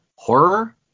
horror